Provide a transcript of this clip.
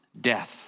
death